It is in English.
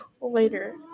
later